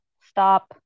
Stop